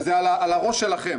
זה על הראש שלכם.